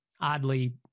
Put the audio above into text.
oddly